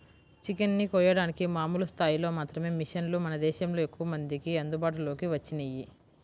chicken ని కోయడానికి మామూలు స్థాయిలో మాత్రమే మిషన్లు మన దేశంలో ఎక్కువమందికి అందుబాటులోకి వచ్చినియ్యి